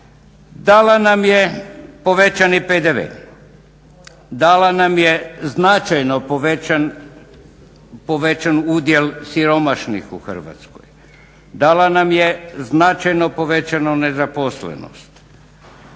Dala nam povećani PDV, dala nam je značajno povećan udjel siromašnih u Hrvatskoj, dala nam je značajno povećanu nezaposlenost.